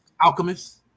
Alchemist